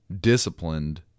disciplined